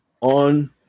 on